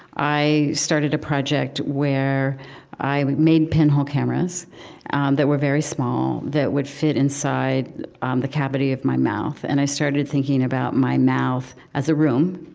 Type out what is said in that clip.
i started a project where i made pinhole cameras and that were very small, that would fit inside um the cavity of my mouth. and i started thinking about my mouth as a room.